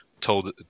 told